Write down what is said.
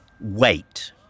wait